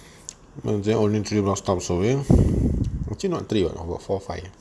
oh there's only three bus stop away actually not three about four five